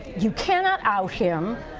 you cannot out him.